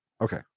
Okay